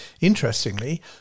Interestingly